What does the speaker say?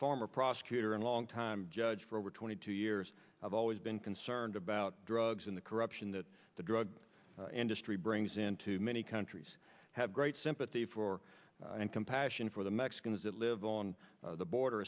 former prosecutor and long time judge for over twenty two years i've always been concerned about drugs in the corruption that the drug industry brings into many countries great sympathy for and compassion for the mexicans that live on the border